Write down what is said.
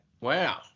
Wow